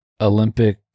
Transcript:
Olympic